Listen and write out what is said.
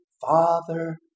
Father